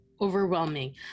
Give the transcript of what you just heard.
overwhelming